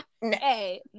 Hey